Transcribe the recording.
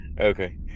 Okay